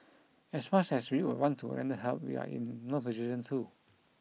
as much as we would want to render help we are in no position to